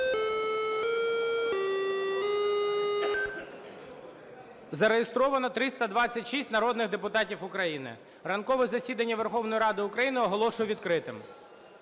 Зареєстровано 326 народних депутатів України. Ранкове засідання Верховної Ради України оголошую відкритим.